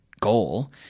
goal